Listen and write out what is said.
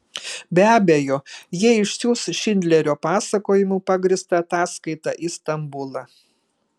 be abejo jie išsiųs šindlerio pasakojimu pagrįstą ataskaitą į stambulą